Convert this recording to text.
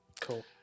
Cool